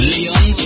Leon